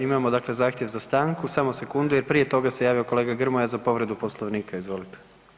Imamo dakle zahtjev za stanku, samo sekundu jer prije toga se javio kolega Grmoja za povredu Poslovnika, izvolite.